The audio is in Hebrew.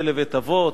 "שה לבית אבות",